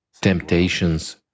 temptations